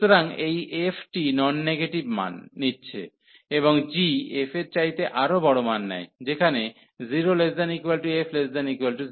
সুতরাং এই f টি নন নেগেটিভ মান নিচ্ছে এবং g f এর চাইতে আরও বড় মান নেয় যেখানে 0≤f≤g